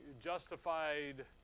justified